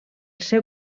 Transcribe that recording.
seu